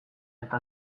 eta